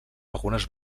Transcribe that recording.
algunes